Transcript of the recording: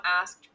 asked